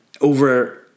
over